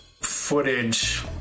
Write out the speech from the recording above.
footage